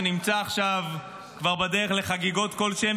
שנמצא עכשיו כבר בדרך לחגיגות כלשהן,